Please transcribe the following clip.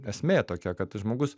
esmė tokia kad žmogus